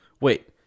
Wait